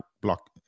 block